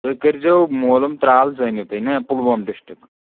تُہۍ کٔرۍزیٚو مولوٗم ترٛال زٲنِو تُہۍ نا پُلووم ڈِسٹرٛک